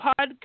podcast